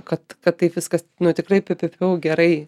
kad kad taip viskas nu tikrai piu piu piu gerai